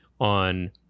on